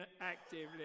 actively